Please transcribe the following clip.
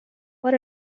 what